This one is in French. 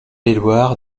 éluard